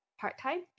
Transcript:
part-time